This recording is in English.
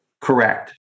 Correct